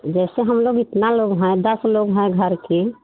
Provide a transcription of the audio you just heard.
जैसे हम लोग इतना लोग हैं दस लोग हैं घर के